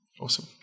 Awesome